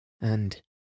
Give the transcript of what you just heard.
And